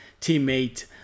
teammate